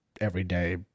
everyday